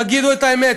תגידו את האמת,